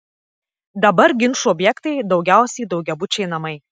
dabar ginčų objektai daugiausiai daugiabučiai namai